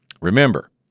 Remember